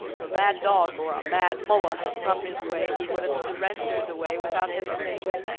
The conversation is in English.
if a mad dog or a mad mullah had come his way he would have surrendered the way without hesitation.